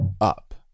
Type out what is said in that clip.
up